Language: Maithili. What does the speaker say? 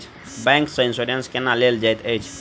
बैंक सँ इन्सुरेंस केना लेल जाइत अछि